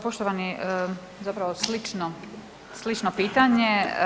Poštovani, zapravo slično pitanje.